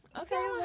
Okay